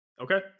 Okay